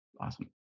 awesome